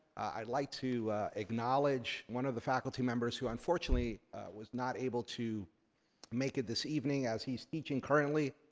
i'd like to acknowledge one of the faculty members who unfortunately was not able to make it this evening, as he's teaching currently.